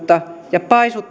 ja